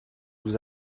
vous